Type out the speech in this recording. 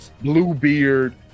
Bluebeard